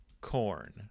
corn